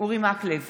אורי מקלב,